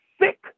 sick